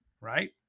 right